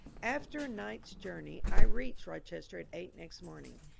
after a night's journey i reached rochester at eight next morning,